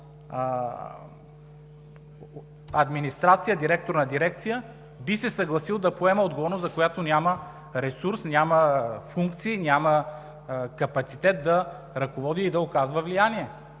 администрация, на дирекция би се съгласил да поеме отговорност, за която няма ресурс, няма функции, няма капацитет да ръководи и оказва влияние.